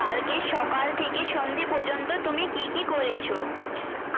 কালকে সকাল থেকে সন্ধ্যে পর্যন্ত তুমি কী কী করেছ